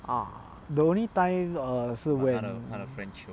ah the only time err 是 when